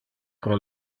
pro